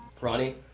Ronnie